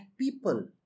people